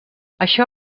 això